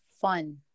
fun